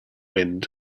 wind